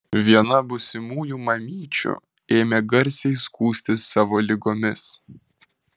viena būsimųjų mamyčių ėmė garsiai skųstis savo ligomis